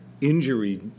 injury